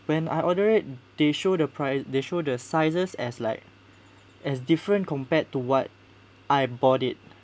when I order it they show the price they show the sizes as like as different compared to what I bought it